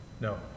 No